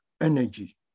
energy